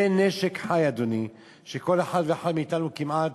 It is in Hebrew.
זה נשק חי, אדוני, וכל אחד ואחד מאתנו, כמעט,